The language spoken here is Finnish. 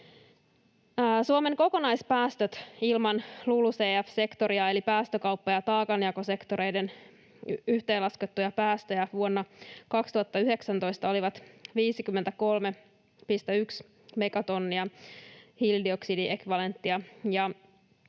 Suomen kokonaispäästöt ilman LULUCF-sektoria eli päästökauppa- ja taakanjakosektoreiden yhteenlasketut päästöt vuonna 2019 olivat 53,1 megatonnia hiilidioksidiekvivalenttia,